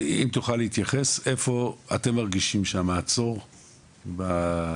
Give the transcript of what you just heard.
תוכל להתייחס איפה אתם מרגישים מעצור בנושא.